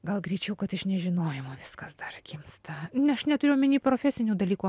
gal greičiau kad iš nežinojimo viskas dar gimsta aš neturiu omeny profesinių dalykų